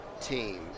team